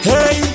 Hey